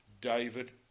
David